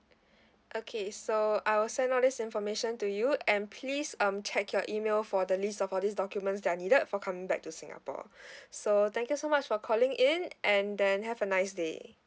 okay so I will send all this information to you and please um check your email for the list of all these documents that are needed for coming back to singapore so thank you so much for calling in and then have a nice day